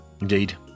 Indeed